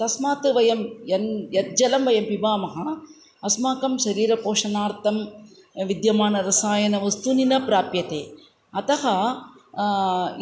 तस्मात् वयं यत् यज्जलं वयं पिबामः अस्माकं शरीरपोषणार्थं विद्यमान रसायनवस्तूनि न प्राप्यन्ते अतः